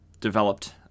developed